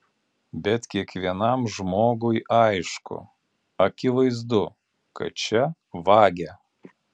bet kiekvienam žmogui aišku akivaizdu kad čia vagia